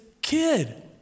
kid